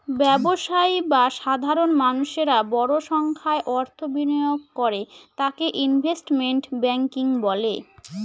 ব্যবসায়ী বা সাধারণ মানুষেরা বড় সংখ্যায় অর্থ বিনিয়োগ করে তাকে ইনভেস্টমেন্ট ব্যাঙ্কিং বলে